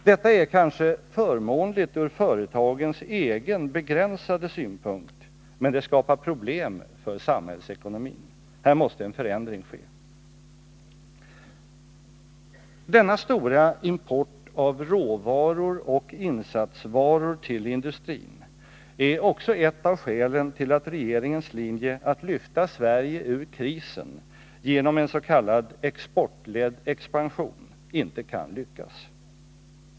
Detta är kanske förmånligt ur företagens egen begränsade synpunkt, men det skapar problem för samhällsekonomin. Här måste en förändring ske. Denna stora import av råvaror och insatsvaror till industrin är också ett av skälen till att regeringens linje att lyfta Sverige ur krisen genom en s.k. exportledd expansion inte kan lyckas.